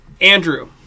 Andrew